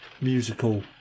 musical